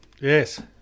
Yes